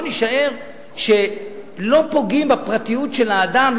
יישאר העיקרון שלא פוגעים בפרטיות של האדם,